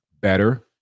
better